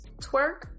twerk